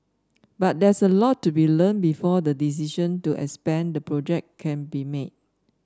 but there's a lot to be learnt before the decision to expand the project can be made